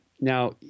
Now